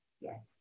Yes